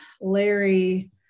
Larry